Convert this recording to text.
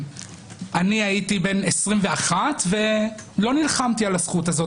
אני הייתי בן 21 ולא נלחמתי על הזכות הזאת